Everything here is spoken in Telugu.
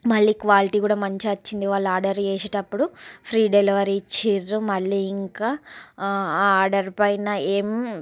మళ్ళీ క్వాలిటి కూడా మంచిగా వచ్చింది వాళ్ళు ఆర్డర్ చేసేటప్పుడు ఫ్రీ డెలివరీ ఇచ్చిర్రు మళ్ళీ ఇంకా ఆ ఆర్డర్ పైన ఏం